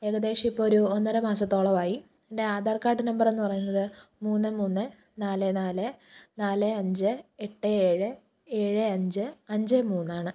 ഏകദേശം ഇപ്പോള് ഒരു ഒന്നര മാസത്തോളമായി എൻ്റെ ആധാർ കാർഡ് നമ്പറെന്ന് പറയുന്നത് മൂന്ന് മൂന്ന് നാല് നാല് നാല് അഞ്ച് എട്ട് ഏഴ് ഏഴ് അഞ്ച് അഞ്ച് മൂന്നാണ്